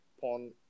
pawn